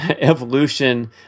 evolution